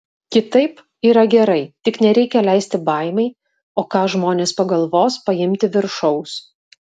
kitaip yra gerai tik nereikia leisti baimei o ką žmonės pagalvos paimti viršaus